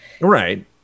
right